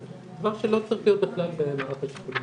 דבר שלא צריך להיות בכלל במערך השיקולים